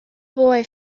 boy